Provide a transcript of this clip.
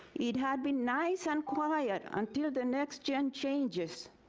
it had been nice and quiet until the next gen changes.